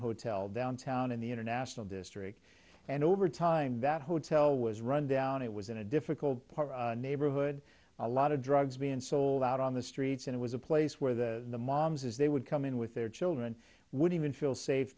hotel downtown in the international district and over time that hotel was run down it was in a difficult neighborhood a lot of drugs being sold out on the streets and it was a place where the moms as they would come in with their children would even feel safe